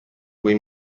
quei